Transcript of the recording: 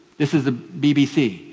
this is the bbc,